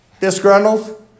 disgruntled